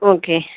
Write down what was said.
okay